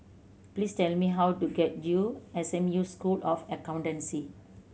please tell me how to get to S M U School of Accountancy